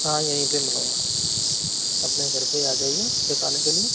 हाँ यहीं पे मिलूंगा अपने घर पे ही आ जाइये दिखाने के लिए